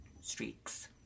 streaks